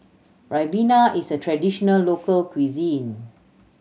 Ribena is a traditional local cuisine